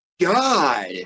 God